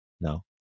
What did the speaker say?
No